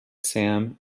sam